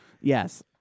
Yes